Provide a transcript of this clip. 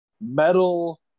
metal